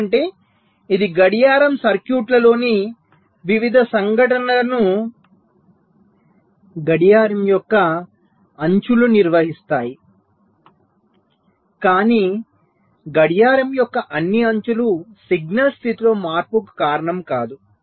ఎందుకంటే ఇది గడియారం సర్క్యూట్లలోని వివిధ సంఘటనలను గడియారం యొక్క అంచులు నిర్వచిస్తాయి కానీ గడియారం యొక్క అన్ని అంచులు సిగ్నల్ స్థితిలో మార్పుకు కారణం కాదు